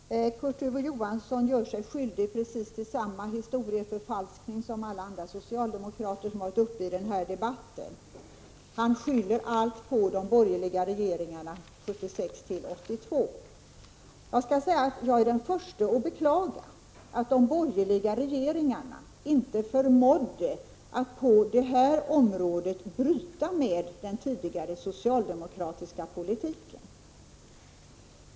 Herr talman! Kurt Ove Johansson gör sig skyldig till precis samma historieförfalskning som alla andra socialdemokrater som har varit uppe i den här debatten. Han skyller allt på de borgerliga regeringarna 1976-1982. Jag är den första att beklaga att inte de borgerliga regeringarna förmådde att på det här området bryta med den tidigare socialdemokratiska politiken.